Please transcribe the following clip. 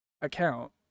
account